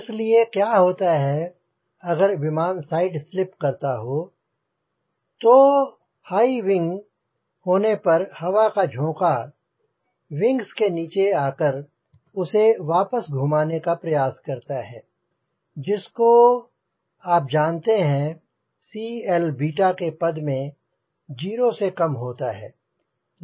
इसलिए क्या होता है अगर विमान साइड स्लिप करता हो तो हाई विंग होने पर हवा का झोंका विंग्स के नीचे आकर उसे वापस घुमाने का प्रयास करता है जिसको आप जानते हैं CL के पद में 0 से कम होता है